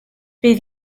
bydd